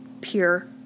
pure